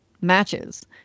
matches